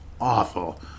awful